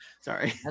sorry